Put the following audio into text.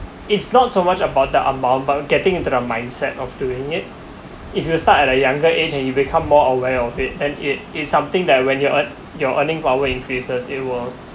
it's not so much about the amount but getting into the mindset of doing it if you start at the younger age and you become more aware of it then it it's something that when you're earn~ your earning power increases it will